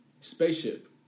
Spaceship